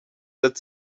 that